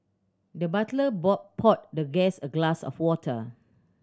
the butler poured the guest a glass of water